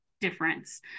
difference